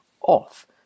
off